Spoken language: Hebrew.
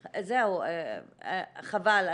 חבל.